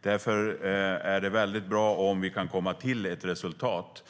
Det är därför väldigt bra om vi kan komma till ett resultat.